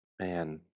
Man